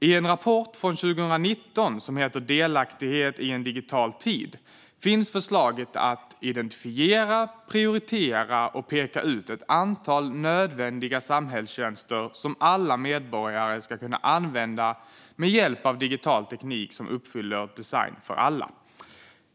I en rapport från 2019 som heter Delaktighet i en digital tid finns förslaget att identifiera, prioritera och peka ut ett antal nödvändiga samhällstjänster som alla medborgare ska kunna använda med hjälp av digital teknik som uppfyller kravet om design för alla.